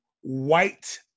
white